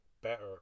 better